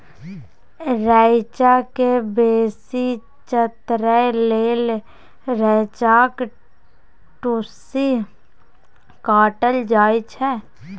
रैंचा केँ बेसी चतरै लेल रैंचाक टुस्सी काटल जाइ छै